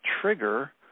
trigger